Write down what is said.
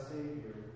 Savior